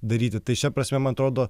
daryti tai šia prasme man atrodo